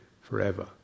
forever